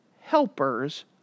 helpers